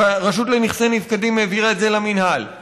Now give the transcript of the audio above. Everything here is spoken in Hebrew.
הרשות לנכסי נפקדים העבירה את זה למינהל,